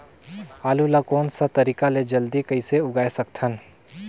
आलू ला कोन सा तरीका ले जल्दी कइसे उगाय सकथन?